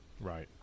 Right